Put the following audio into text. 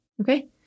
okay